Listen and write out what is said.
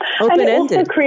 open-ended